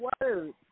words